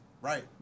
Right